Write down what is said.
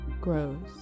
grows